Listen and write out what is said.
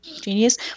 genius